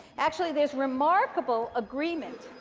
actually, there's remarkable agreement